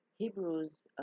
Hebrews